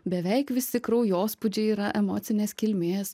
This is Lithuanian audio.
beveik visi kraujospūdžiai yra emocinės kilmės